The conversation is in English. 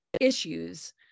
issues